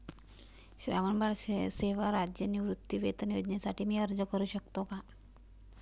श्रावणबाळ सेवा राज्य निवृत्तीवेतन योजनेसाठी मी अर्ज करू शकतो का?